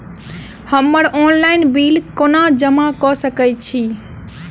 हम्मर online bill कोना जमा कऽ सकय छी?